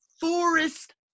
forest